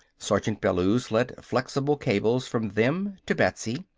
sergeant bellews led flexible cables from them to betsy.